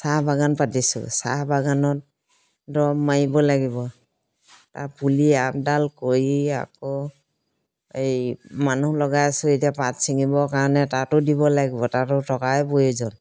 চাহ বাগান পাতিছোঁ চাহ বাগানত দৰৱ মাৰিব লাগিব তাৰ পুলি আপডাল কৰি আকৌ এই মানুহ লগাই আছোঁ এতিয়া পাত ছিঙিবৰ কাৰণে তাতো দিব লাগিব তাতো টকাই প্ৰয়োজন